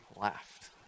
laughed